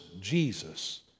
Jesus